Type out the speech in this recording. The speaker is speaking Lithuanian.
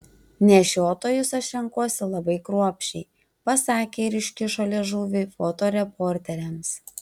nešiotojus aš renkuosi labai kruopščiai pasakė ir iškišo liežuvį fotoreporteriams